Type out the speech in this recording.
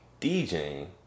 DJing